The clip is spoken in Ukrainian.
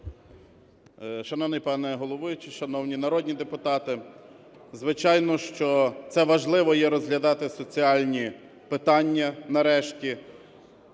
Шановний пане головуючий, шановні народні депутати! Звичайно, що це важливо є розглядати соціальні питання нарешті.